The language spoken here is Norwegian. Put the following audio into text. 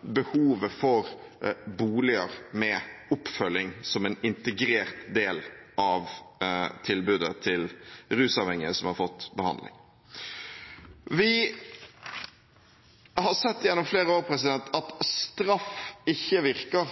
behovet for boliger med oppfølging som en integrert del av tilbudet til rusavhengige som har fått behandling. Vi har sett gjennom flere år at straff ikke virker